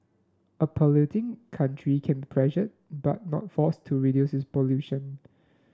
a polluting country can pressured but not forced to reduce its pollution